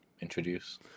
introduce